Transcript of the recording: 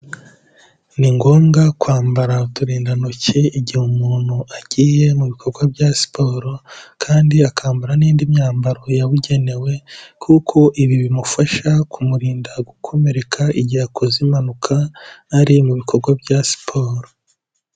Ni ngombwa kwambara uturinda ntoki igihe umuntu agiye mu bikorwa bya siporo kandi akambara n'indi myambaro yabugenewe kuko ibi bimufasha ku murinda gukomereka igihe akoze impanuka, ari mu bikorwa bya siporo.